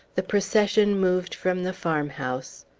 the procession moved from the farmhouse.